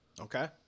Okay